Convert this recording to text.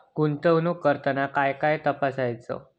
गुंतवणूक करताना काय काय तपासायच?